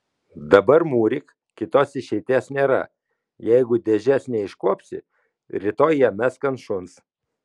dabar mūryk kitos išeities nėra jeigu dėžės neiškuopsi rytoj ją mesk ant šuns